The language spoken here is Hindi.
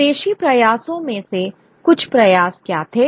स्वदेशी प्रयासों में से कुछ प्रयास क्या थे